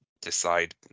decide